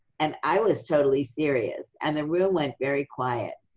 and i was totally serious. and the room went very quiet.